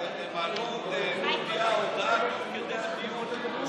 הם עלו להודיע הודעה תוך כדי הדיון.